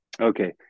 Okay